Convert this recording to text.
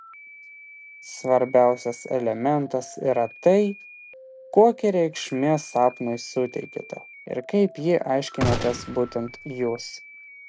svarbiausias elementas yra tai kokią reikšmę sapnui suteikiate ir kaip jį aiškinatės būtent jūs